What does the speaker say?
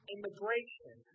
Immigration